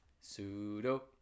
Pseudo